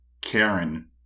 Karen